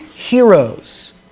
heroes